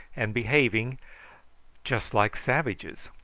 and behaving just like savages.